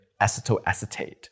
acetoacetate